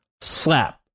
Slap